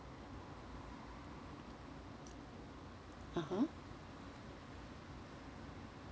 (uh huh)